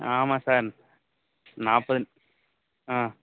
ஆமாம் சார் நாற்பது ஆ